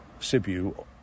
Sibiu